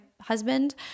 husband